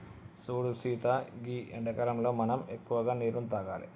సూడు సీత గీ ఎండాకాలంలో మనం ఎక్కువగా నీరును తాగాలి